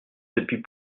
depuis